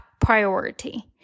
priority